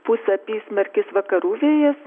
pūs apysmarkis vakarų vėjas